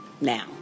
now